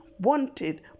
wanted